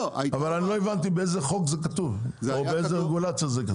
אבל אני לא הבנתי באיזה חוק זה כתוב או באיזו רגולציה זה כתוב.